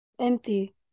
empty